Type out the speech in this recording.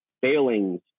failings